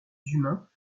humains